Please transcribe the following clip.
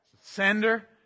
sender